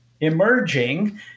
emerging